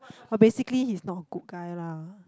but basically he's not a good guy lah